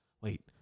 wait